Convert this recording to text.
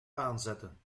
aanzetten